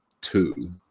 two